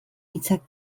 hitzak